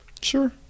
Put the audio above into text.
Sure